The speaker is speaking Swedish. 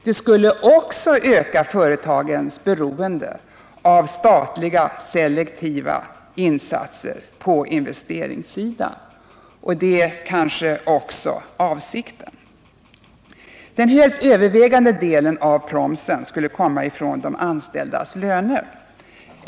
Det skulle också öka företagens beroende av statliga selektiva insatser på investeringssidan. Det kanske också är avsikten. Den helt övervägande delen av promsen skulle komma från de anställdas löner.